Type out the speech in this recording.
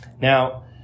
Now